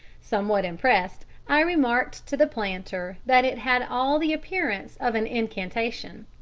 somewhat impressed, i remarked to the planter that it had all the appearance of an incantation.